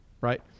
right